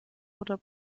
oder